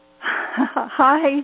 Hi